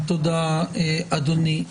תודה אדוני.